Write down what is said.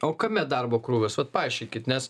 o kame darbo krūvis vat paaiškinkit nes